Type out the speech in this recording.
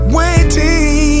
waiting